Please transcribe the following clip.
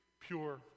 pure